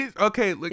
okay